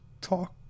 talk